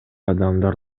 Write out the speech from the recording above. адамдар